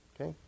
Okay